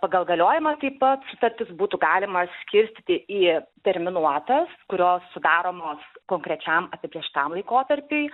pagal galiojimą taip pat sutartis būtų galima skirstyti į terminuotas kurios sudaromos konkrečiam apibrėžtam laikotarpiui